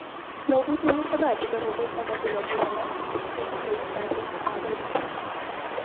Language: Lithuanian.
galbūt ne visada atidarau automobilio dureles bet tikrai stengiuosi tą daryti